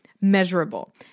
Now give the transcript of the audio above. measurable